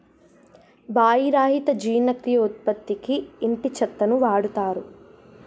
వాయి రహిత జీర్ణక్రియ ఉత్పత్తికి ఇంటి చెత్తను వాడుతారు